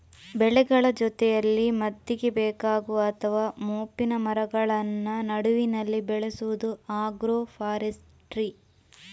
ಬೆಳೆಗಳ ಜೊತೆಯಲ್ಲಿ ಮದ್ದಿಗೆ ಬೇಕಾಗುವ ಅಥವಾ ಮೋಪಿನ ಮರಗಳನ್ನ ನಡುವಿನಲ್ಲಿ ಬೆಳೆಸುದು ಆಗ್ರೋ ಫಾರೆಸ್ಟ್ರಿ